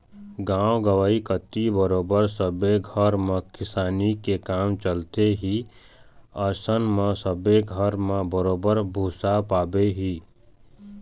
गाँव गंवई कोती बरोबर सब्बे घर म किसानी के काम चलथे ही अइसन म सब्बे घर म बरोबर भुसा पाबे ही